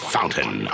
Fountain